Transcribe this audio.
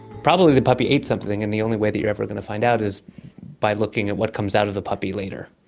probably the puppy ate something and the only way that you are ever going to find out is by looking at what comes out of the puppy later.